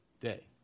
day